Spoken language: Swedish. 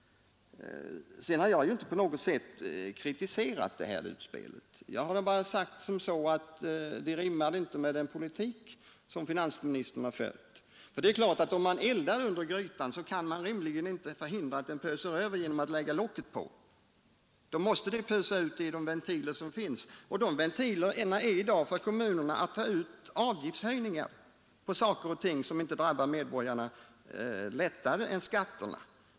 Sedan har jag inte på något sätt kritiserat skatteutspelet som sådant. Jag sade bara att det inte rimmar med den politik finansministern fört. Om man eldar under grytan kan man rimligen inte förhindra att den pöser över genom att lägga på locket. Det måste pösa ut genom de ventiler som finns, och för kommunerna är de enda ventilerna att ta ut avgiftshöjningar på kommunal service som inte drabbar medborgarna mindre eller lättare än skatterna.